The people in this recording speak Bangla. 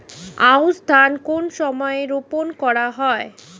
আউশ ধান কোন সময়ে রোপন করা হয়?